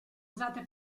usate